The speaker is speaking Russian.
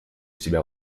себя